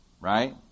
Right